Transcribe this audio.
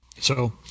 So-